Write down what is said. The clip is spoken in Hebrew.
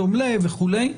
תום לב וכולי.